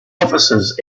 offices